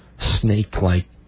snake-like